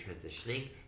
transitioning